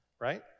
right